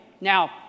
Now